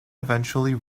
eventually